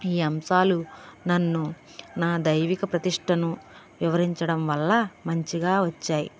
ఈ అంశాలు నన్ను నా దైవిక ప్రతిష్టను వివరించడం వల్ల మంచిగా వచ్చాయి